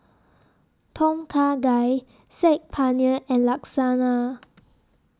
Tom Kha Gai Saag Paneer and Lasagna